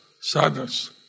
sadness